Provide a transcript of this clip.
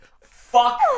Fuck